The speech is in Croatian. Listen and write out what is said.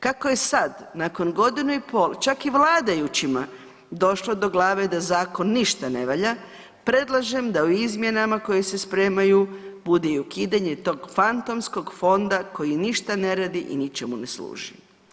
Kako je sad nakon godinu i pol čak i vladajućima došlo do glave da zakon ništa ne valja predlažem da u izmjenama koje se spremaju bude i ukidanje tog fantomskog fonda koji ništa ne radi i ničemu ne služi.